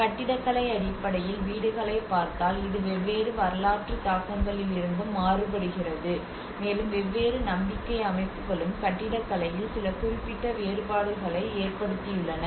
கட்டிடக்கலை அடிப்படையில் வீடுகளைப் பார்த்தால் இது வெவ்வேறு வரலாற்று தாக்கங்களிலிருந்தும் மாறுபடுகிறது மேலும் வெவ்வேறு நம்பிக்கை அமைப்புகளும் கட்டிடக்கலையில் சில குறிப்பிடத்தக்க வேறுபாடுகளை ஏற்படுத்தியுள்ளன